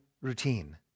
routine